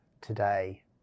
today